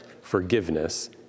forgiveness